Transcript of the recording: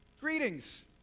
Greetings